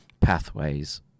pathways